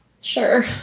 sure